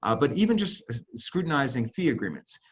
ah but even just scrutinizing fee agreements.